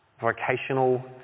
vocational